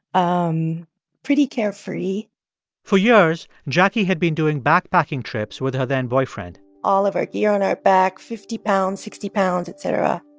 um pretty carefree for years, jackie had been doing backpacking trips with her then-boyfriend all of our gear on our back. fifty pounds, sixty pounds, et cetera.